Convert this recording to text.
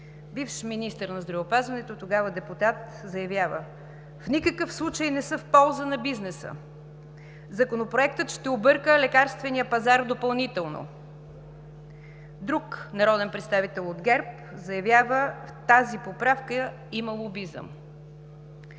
бивш министър на здравеопазването, тогава депутат, заявява: „В никакъв случай не са в полза на бизнеса. Законопроектът ще обърка лекарствения пазар допълнително.“ Друг народен представител от ГЕРБ заявява: „В тази поправка има лобизъм“.